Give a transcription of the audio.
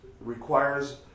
requires